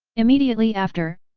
immediately after,